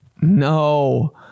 No